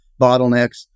bottlenecks